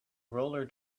roller